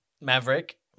Maverick